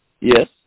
Yes